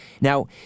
Now